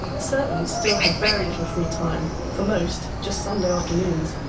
servants still had very little free time, for most just sunday afternoons.